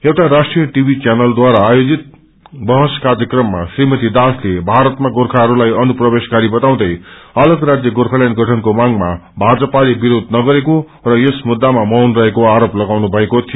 एउटा राष्ट्रिय टिभी चैनलद्वारा आयोजित बहस कार्यक्रममा श्रीमती दासले भारतमा गोर्खाहरूलाई घुसपैठी बताउँदै अलग राज्य गोर्खाल्याण्ड गठनको ामांगमा भाजपाले विरोध नगरेको र यस मुद्दामा मौन रहेको आरोप लगाउनु भएको थियो